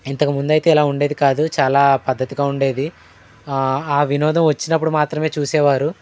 ఇంతకుముందు అయితే ఇలా ఉండేది కాదు చాలా పద్ధతిగా ఉండేది ఆ వినోదం వచ్చినప్పుడు మాత్రమే చూసేవారు